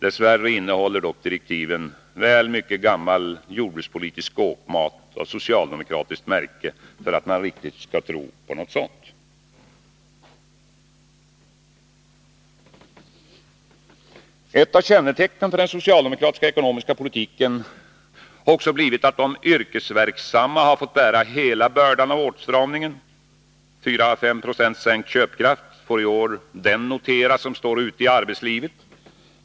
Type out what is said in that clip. Dess värre innehåller dock direktiven väl mycket gammal jordbrukspolitisk skåpmat av socialdemokratiskt märke för att man riktigt skall tro på något sådant. Ett av kännetecknen för den socialdemokratiska ekonomiska politiken har också blivit att de yrkesverksamma har fått bära hela bördan av åtstramningen. 4å5 Ye i sänkt köpkraft får i år den notera som står ute i arbetslivet.